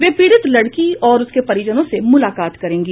वे पीड़ित लड़की और उसके परिजनों से मुलाकात करेंगी